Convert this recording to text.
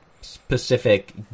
specific